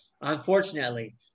Unfortunately